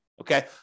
Okay